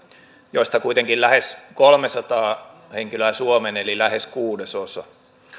joista kuitenkin lähes kolmesataa henkilöä suomeen eli lähes kuudesosa